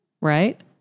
Right